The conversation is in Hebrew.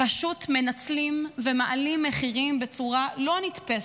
פשוט מנצלים ומעלים מחירים בצורה לא נתפסת,